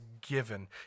given